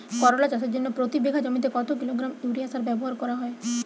করলা চাষের জন্য প্রতি বিঘা জমিতে কত কিলোগ্রাম ইউরিয়া সার ব্যবহার করা হয়?